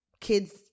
kids